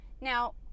Now